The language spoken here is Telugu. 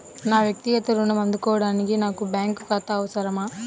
నా వక్తిగత ఋణం అందుకోడానికి నాకు బ్యాంక్ ఖాతా అవసరమా?